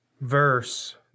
verse